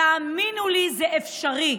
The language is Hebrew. תאמינו לי, זה אפשרי.